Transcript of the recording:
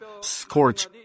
scorch